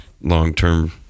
long-term